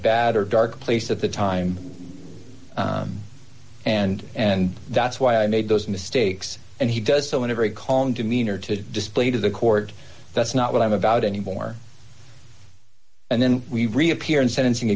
bad or dark place at the time and and that's why i made those mistakes and he does so in a very calm demeanor to display to the court that's not what i'm about anymore and then we reappear in sentencing